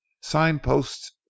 signposts